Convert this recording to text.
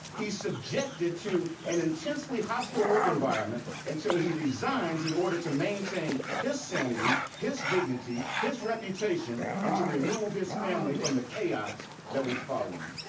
he's subjected to an intensely hostile work environment until he resigned in order to maintain his sanity, his dignity, his reputation and to remove his family from the chaos that was following.